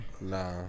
Nah